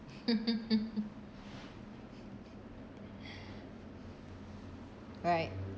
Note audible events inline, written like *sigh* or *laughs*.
*laughs* right